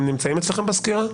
הם נמצאים אצלכם בסקירה?